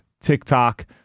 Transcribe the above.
TikTok